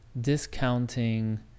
discounting